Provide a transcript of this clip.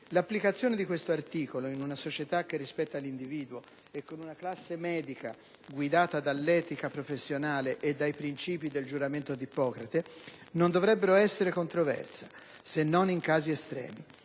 L'applicazione di questo articolo, in una società che rispetta l'individuo e con una classe medica guidata dall'etica professionale e dai principi del giuramento d'Ippocrate, non dovrebbe essere controversa se non in casi estremi.